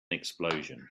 explosion